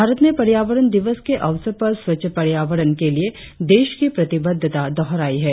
भारत ने पर्यावरण दिवस के अवसर पर स्वच्छ पर्यावरण के लिए देश की प्रतिबद्धता दोहराई है